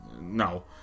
no